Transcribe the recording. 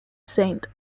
saint